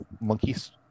monkeys